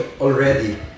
already